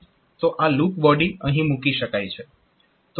તો આ loop body અહીં મૂકી શકાય છે